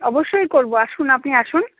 অবশ্যই করব আসুন আপনি আসুন